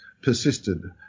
persisted